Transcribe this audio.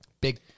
Big